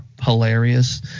hilarious